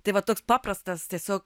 tai va toks paprastas tiesiog